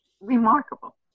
remarkable